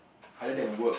other than work